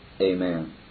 Amen